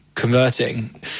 converting